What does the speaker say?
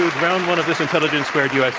round one of this intelligence squared u.